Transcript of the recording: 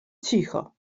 cicho